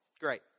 Great